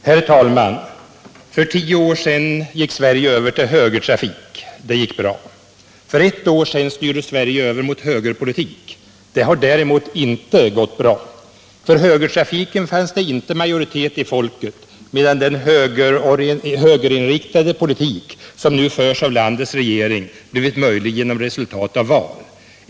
Herr talman! För tio år sedan gick Sverige över till högertrafik. Det gick bra. För ett år sedan styrde Sverige över mot högerpolitik. Det har däremot inte gått bra. För högertrafiken fanns det inte majoritet i folket, medan den högerinriktade politik som nu förs av landets regering blivit möjlig genom resultat av val.